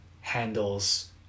handles